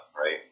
right